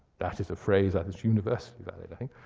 that is a phrase that is universal, by the like